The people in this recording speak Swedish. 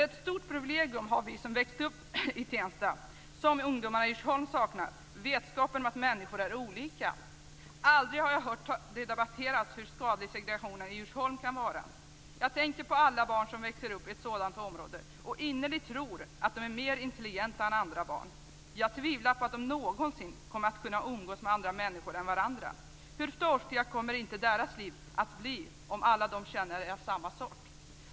Ett stort privilegium har vi som växt upp i Tensta, ett privilegium som ungdomarna i Djursholm saknar, nämligen vetskapen om att människor är olika. Aldrig har jag hört det debatteras hur skadlig segregationen i Djursholm kan vara. Jag tänker på alla barn som växer upp i ett sådant område och som innerligt tror att de är mer intelligenta än andra barn. Jag tvivlar på att de någonsin kommer att kunna umgås med andra människor än med sig själva. Hur torftigt kommer inte deras liv att bli om alla som de känner är av samma sort!